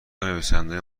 نویسندههای